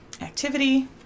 activity